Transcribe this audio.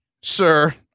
sir